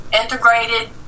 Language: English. Integrated